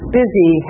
busy